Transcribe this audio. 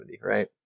right